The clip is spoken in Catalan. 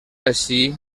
així